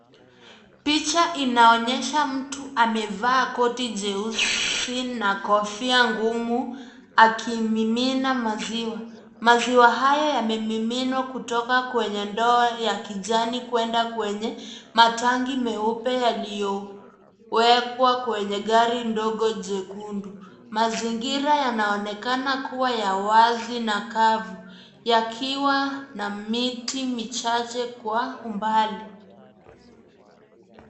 Picha inaonyesha mtu amevaa koti jeusi na kofia ngumu akimimina maziwa. Maziwa haya yamemiminwa kutoka kwenye ndoo ya kijani kuenda kwenye matangi meupe yaliyowekwa kwenye gari dogo jekundu. Mazingira yanaoneakana kuwa ya wazi na kavu yakiwa na miti michache kwa umbali.